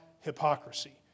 hypocrisy